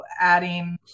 adding